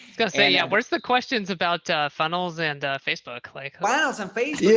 gonna say yeah, where's the questions about funnels and facebook? like, wow, some fake yeah